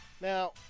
Now